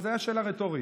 זו הייתה שאלה רטורית.